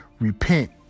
Repent